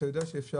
אתה יודע שאפשר,